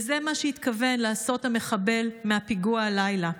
וזה מה שהתכוון לעשות המחבל מהפיגוע הלילה.